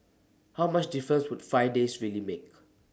how much difference would five days really make